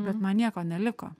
bet man nieko neliko